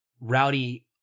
Rowdy